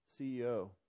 CEO